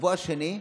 שבוע שני,